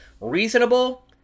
reasonable